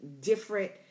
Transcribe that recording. different